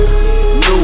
New